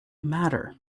matter